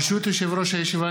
ברשות יושב-ראש הישיבה,